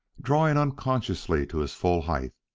drawn unconsciously to his full height.